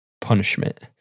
punishment